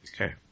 Okay